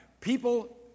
People